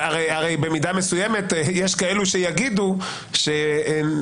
הרי במידה מסוימת יש כאלו שיגידו שבפסק